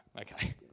Okay